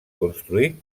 construït